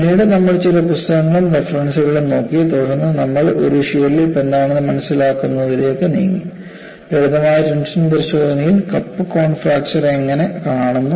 പിന്നീട് നമ്മൾ ചില പുസ്തകങ്ങളും റഫറൻസുകളും നോക്കി തുടർന്ന് നമ്മൾ ഒരു ഷിയർ ലിപ്പ് എന്താണെന്ന് മനസ്സിലാക്കുന്നതിലേക്ക് നീങ്ങി ലളിതമായ ടെൻഷൻ പരിശോധനയിൽ കപ്പ് കോൺ ഫ്രാക്ചർ എങ്ങനെ കാണുന്നു